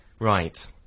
Right